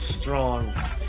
Strong